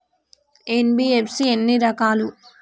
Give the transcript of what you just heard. NBFC ఎన్ని రకాలు?